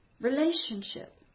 relationship